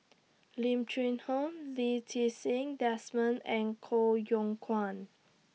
Lim Cheng Hoe Lee Ti Seng Desmond and Koh Yong Guan